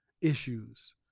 issues